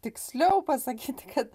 tiksliau pasakyti kad